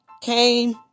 came